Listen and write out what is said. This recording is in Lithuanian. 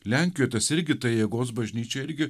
lenkijoj tas irgi ta jėgos bažnyčia irgi